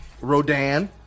Rodan